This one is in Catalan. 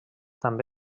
també